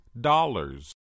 dollars